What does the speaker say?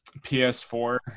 PS4